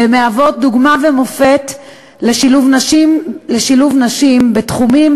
ומהוות דוגמה ומופת לשילוב נשים בתחומים